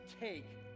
take